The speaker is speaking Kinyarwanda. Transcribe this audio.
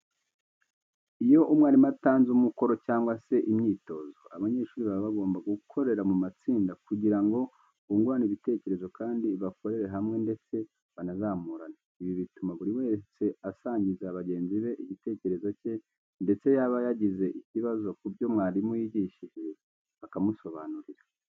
Iyo umwarimu atanze umukoro cyangwa se imyitozo, abanyeshuri baba bagomba gukorera mu matsinda kugira ngo bungurane ibitekerezo kandi bakorere hamwe ndetse banazamurane. Ibi bituma buri wese asangiza bagenzi be igitekerezo cye ndetse yaba yagize ikibazo ku byo mwarimu yigishije bakamusobanurira.